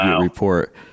report